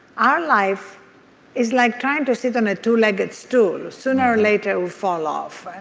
our life is like trying to sit on a two-legged stool. sooner or later we fall off.